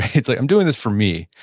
it's like, i'm doing this for me.